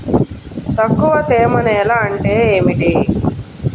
తక్కువ తేమ నేల అంటే ఏమిటి?